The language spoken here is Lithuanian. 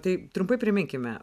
tai trumpai priminkime